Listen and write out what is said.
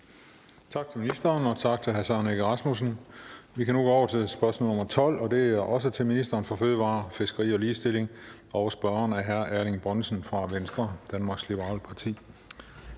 Tak til ministeren, og tak til hr. Søren Egge Rasmussen. Vi kan nu gå over til spørgsmål nr. 12, som også er til ministeren for fødevarer, fiskeri og ligestilling. Og spørgeren er hr. Erling Bonnesen fra Venstre, Danmarks Liberale Parti.